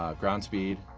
um ground speed,